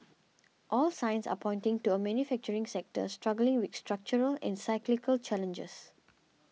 all signs are pointing to a manufacturing sector struggling with structural and cyclical challenges